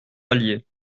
allier